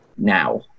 Now